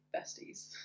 besties